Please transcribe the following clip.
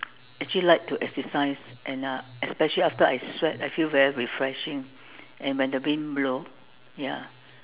actually like to exercise and uh especially after I sweat I feel very refreshing and when the wind blow ya